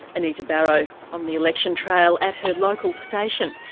anita barraud on the election trail at her local station.